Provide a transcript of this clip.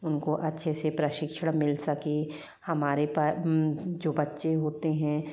उनको अच्छे से प्रशिक्षण मिल सकते हमारे पास जो बच्चे होते हैं